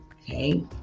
okay